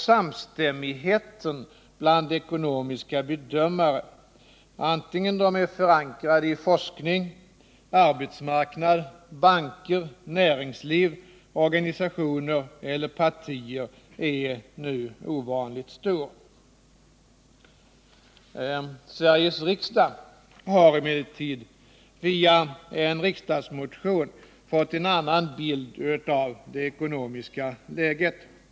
Samstämmigheten bland ekonomiska bedömare — antingen de är förankrade i forskning, arbetsmarknad, banker, näringsliv, organisationer eller partier — är nu ovanligt stor. Sveriges riksdag har emellertid via en riksdagsmotion fått en annan bild av det ekonomiska läget.